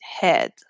head